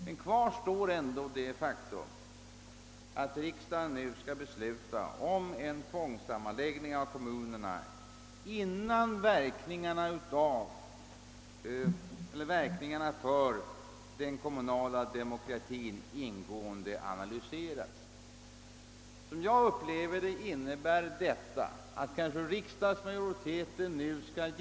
Men kvar står ändå det faktum, att riksdagen nu skall besluta om en tvångssammanläggning av kommunerna, innan verkningarna för den kommunala demokratin ingående har analyserats.